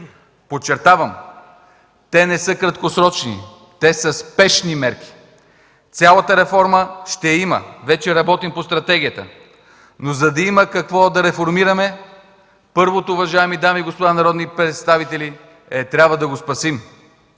Подчертавам, те не са краткосрочни, те са спешни мерки. Цялата реформа ще я има, вече работим по стратегията, но, за да има какво да реформираме, първото, уважаеми дами и господа народни представители, е, че трябва да го спасим.